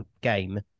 game